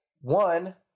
one